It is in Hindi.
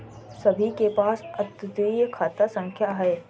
सभी के पास अद्वितीय खाता संख्या हैं